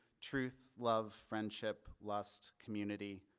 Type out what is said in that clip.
truth, love, friendship, lost community,